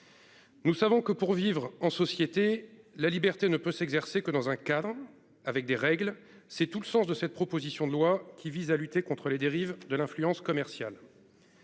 Nous savons que pour vivre en société, la liberté ne peut s'exercer que dans un cadre avec des règles. C'est tout le sens de cette proposition de loi qui vise à lutter contre les dérives de l'influence commerciale.